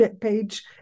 page